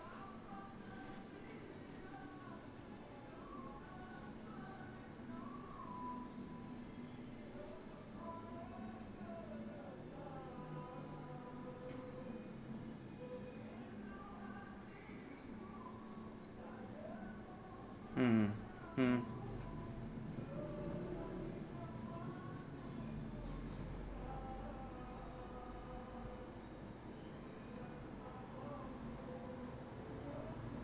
hmm mm